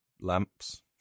lamps